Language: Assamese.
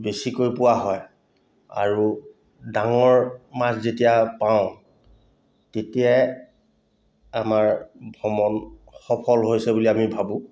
বেছিকৈ পোৱা হয় আৰু ডাঙৰ মাছ যেতিয়া পাওঁ তেতিয়াই আমাৰ ভ্ৰমণ সফল হৈছে বুলি আমি ভাবোঁ